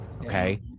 okay